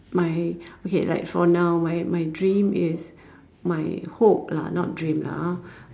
my okay like for now my my dream is my hope lah not dream lah ah